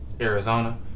Arizona